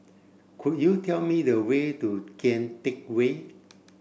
could you tell me the way to Kian Teck Way